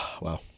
Wow